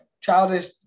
childish